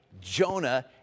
Jonah